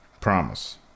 promise